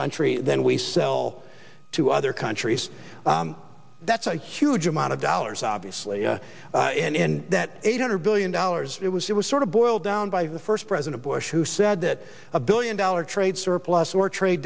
country than we sell to other countries that's a huge amount of dollars obviously and that eight hundred billion dollars it was it was sort boiled down by the first president bush who said that a billion dollar trade surplus or trade